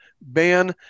ban